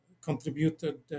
contributed